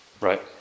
Right